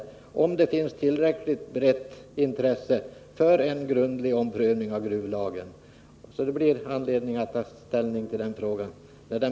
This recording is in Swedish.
Då får vi se om det finns ett tillräckligt stort intresse för en grundlig omprövning av gruvlagen. När propositionen kommer finns det anledning att ta ställning till frågan.